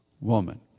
woman